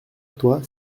toi